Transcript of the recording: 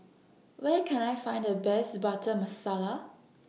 Where Can I Find The Best Butter Masala